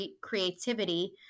creativity